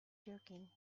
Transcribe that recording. joking